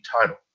Title